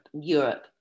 europe